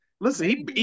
Listen